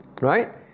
Right